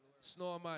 Snowman